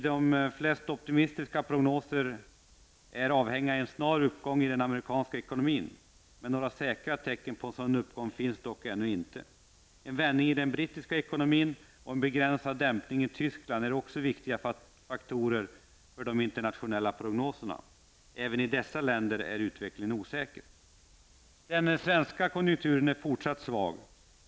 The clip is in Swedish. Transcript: De flesta optimistiska prognoserna är avhängiga av en snar uppgång i den amerikanska ekonomin. Några säkra tecken på en sådan uppgång finns dock ännu inte. En vändning i den brittiska ekonomin och en begränsad dämpning i Tyskland är också viktiga faktorer för de internationella prognoserna. Även i dessa länder är utvecklingen osäker. Den svenska konjunkturen är fortsatt svag.